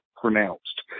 pronounced